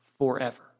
forever